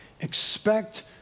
expect